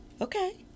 Okay